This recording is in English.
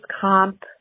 comp